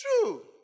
true